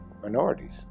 minorities